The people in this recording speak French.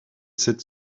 cette